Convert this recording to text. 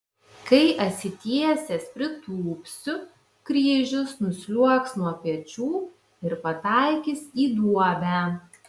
kai atsitiesęs pritūpsiu kryžius nusliuogs nuo pečių ir pataikys į duobę